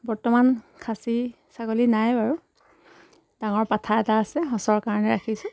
বৰ্তমান খাচী ছাগলী নাই বাৰু ডাঙৰ পাঠা এটা আছে সঁচৰ কাৰণে ৰাখিছোঁ